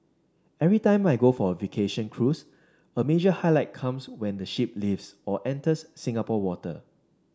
every time I go for a vacation cruise a major highlight comes when the ship leaves or enters Singapore water